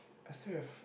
I still have